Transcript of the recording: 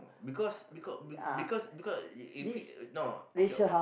because because because because if if he no okay